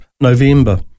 November